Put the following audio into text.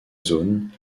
zone